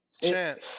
Chance